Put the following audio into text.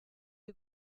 you